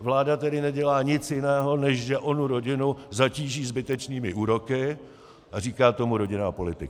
Vláda tedy nedělá nic jiného, než že onu rodinu zatíží zbytečnými úroky, a říká tomu rodinná politika.